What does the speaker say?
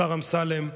השר אמסלם,